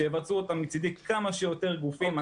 שיבצעו אותה מצידי כמה שיותר גופים.